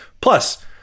Plus